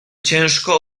ciężko